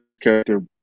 character